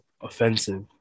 offensive